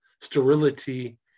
sterility